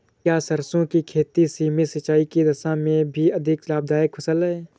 क्या सरसों की खेती सीमित सिंचाई की दशा में भी अधिक लाभदायक फसल है?